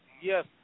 Yes